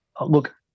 look